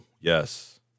yes